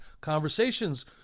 conversations